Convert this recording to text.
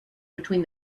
between